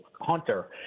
Hunter